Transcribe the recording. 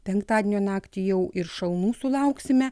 penktadienio naktį jau ir šalnų sulauksime